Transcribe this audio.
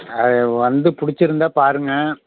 அது வந்து பிடிச்சிருந்தா பாருங்கள்